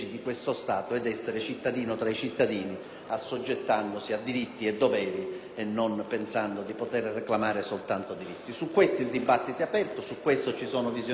assoggettandosi a diritti e doveri e non pensando di poter reclamare soltanto diritti. Su questo il dibattito è aperto; ci sono visioni diverse ed emendamenti su cui